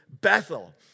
Bethel